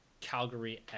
calgary